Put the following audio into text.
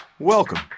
Welcome